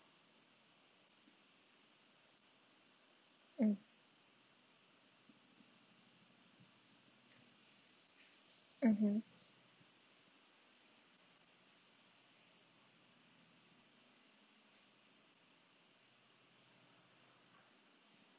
mm mmhmm